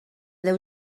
deu